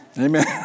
Amen